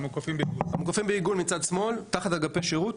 תראה בשקף בצד שמאל מוקפים בעיגול תחת אגפי שירות,